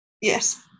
Yes